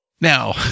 Now